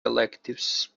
electives